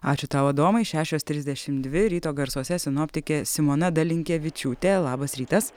ačiū tau adomai šešios trisdešim dvi ryto garsuose sinoptikė simona dalinkevičiūtė labas rytas